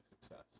success